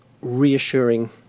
reassuring